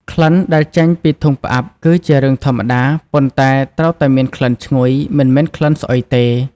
ក្លិន ដែលចេញពីធុងផ្អាប់ គឺជារឿងធម្មតា ប៉ុន្តែត្រូវតែមានក្លិនឈ្ងុយ មិនមែនក្លិនស្អុយទេ។